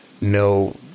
No